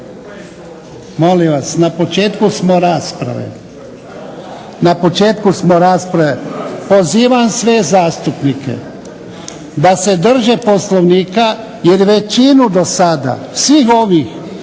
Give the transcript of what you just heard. lijepa. Molim vas! Na početku smo rasprave. Pozivam sve zastupnike da se drže Poslovnika, jer većinu do sada svih ovih